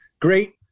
Great